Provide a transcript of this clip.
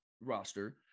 roster